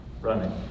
running